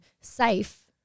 safe